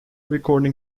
recording